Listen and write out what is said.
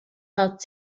hat